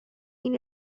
mean